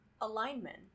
alignment